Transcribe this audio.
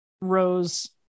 Rose